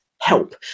help